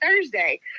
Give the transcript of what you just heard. Thursday